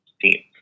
team